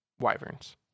wyverns